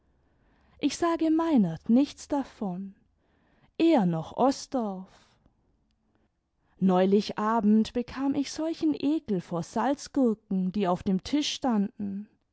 ich sage meinert nichts davon eher noch osdorff neulich abend bekam ich solchen ekel vor salzgurken die auf dem tisch standen